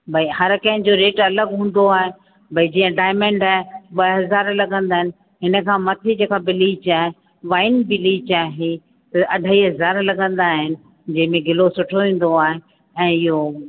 भाई हर कंहिंजो रेट अलॻि हूंदो आहे भाई जीअं डायमंड ॿ हज़ार लॻंदा आहिनि हिन खां मथे जेका ब्लीच आहे वाइन ब्लीच आहे त अढ़ाई हज़ार लॻंदा आहिनि जंहिंमें ग्लो सुठो ईंदो आहे ऐं इहो